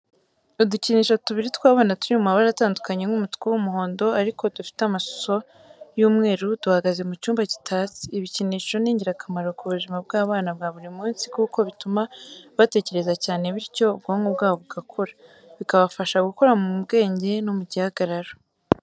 Udukinisho tubiri tw'abana turi mu mabara atandukanye nk'umutuku, umuhondo ariko dufite amaso y'umweru duhagaze mu cyumba gitatse. Ibikinisho ni ingirakamaro ku buzima bw'abana bwa buri munsi kuko bituma batekereza cyane bityo ubwonko bwabo bugakura, bikabafasha gukura mu bwenge no mu gihagararo.